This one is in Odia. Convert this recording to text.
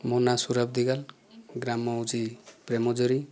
ମୋ ନାଁ ସୁରତ ଦିଗାଲ ଗ୍ରାମ ହେଉଛି ପ୍ରେମଝରି